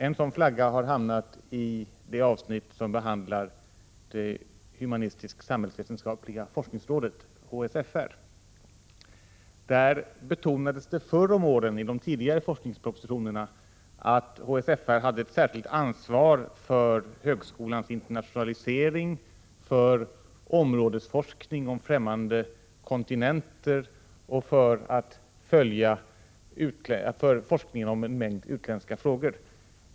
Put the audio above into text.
En sådan flagga har hamnat i det avsnitt där det humanistisk-samhällsvetenskapliga forskningsrådet, HSFR, behandlas. I tidigare års forskningspropositioner betonades att HSFR hade ett särskilt ansvar för högskolans internationalisering, för områdesforskning om främmande kontinenter och för att följa forskningen om en mängd utländska frågor.